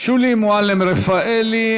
שולי מועלם-רפאלי.